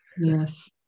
Yes